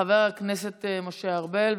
חבר הכנסת משה ארבל,